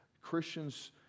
Christians